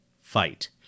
fight